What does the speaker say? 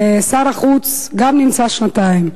ושר החוץ גם נמצא שנתיים,